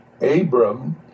Abram